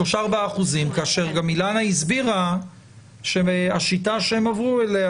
3% 4% כאשר גם אילנה הסבירה שהשיטה שהם עברו אליה,